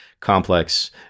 complex